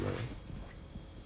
different paper I don't know